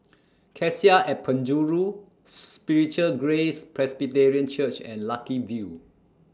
Cassia At Penjuru Spiritual Grace Presbyterian Church and Lucky View